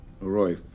Roy